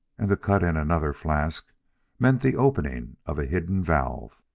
and to cut in another flask meant the opening of a hidden valve.